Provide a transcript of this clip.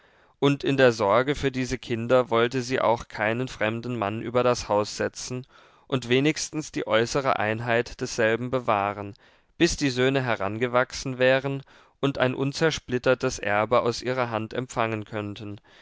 und in der sorge für diese kinder wollte sie auch keinen fremden mann über das haus setzen und wenigstens die äußere einheit desselben bewahren bis die söhne herangewachsen wären und ein unzersplittertes erbe aus ihrer hand empfangen könnten